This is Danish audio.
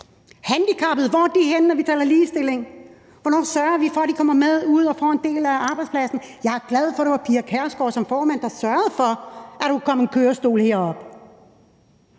handicappede henne, når vi taler ligestilling? Hvornår sørger vi for, at de kommer med ud og bliver en del af arbejdspladsen? Jeg er glad for, at det var Pia Kjærsgaard, der som formand sørgede for, at der kunne komme en kørestol herop.